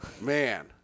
Man